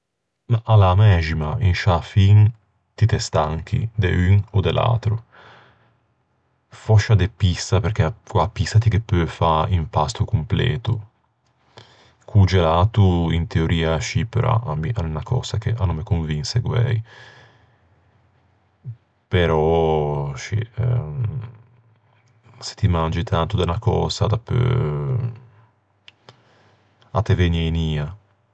Mah, a l'é a mæxima. In sciâ fin ti te stanchi de un e de l'atro. Fòscia de pissa, perché co-a pissa ti ghe peu fâ un pasto completo. Co-o gelato in teoria ascì, però à mi a l'é unna cösa ch'a no me convinse guæi. Però scì, se ti mangi tanto de unna cösa dapeu a te vëgne in ia.